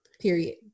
Period